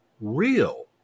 real